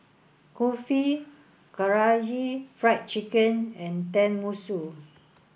Kulfi Karaage Fried Chicken and Tenmusu